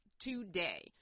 today